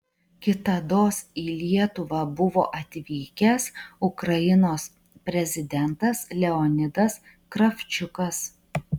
kitados į lietuvą buvo atvykęs ukrainos prezidentas leonidas kravčiukas